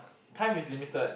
time is limited